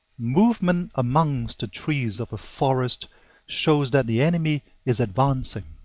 movement amongst the trees of a forest shows that the enemy is advancing.